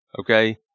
Okay